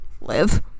Live